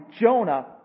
Jonah